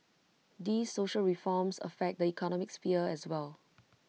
these social reforms affect the economic sphere as well